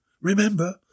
Remember